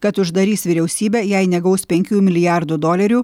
kad uždarys vyriausybę jei negaus penkių milijardų dolerių